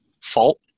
fault